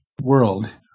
world